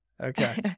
okay